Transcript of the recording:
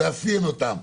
לאפיין אותם,